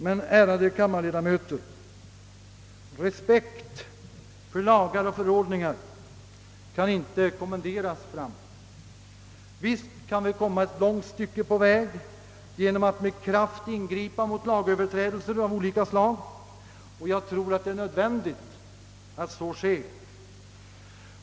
Men, ärade kammarledamöter, re spekt för lagar och förordningar kan inte kommenderas fram. Visst kan vi komma ett långt stycke på väg genom att med kraft ingripa mot lagöverträdelser av olika slag, och jag tror det är nödvändigt att så sker.